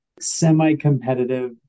semi-competitive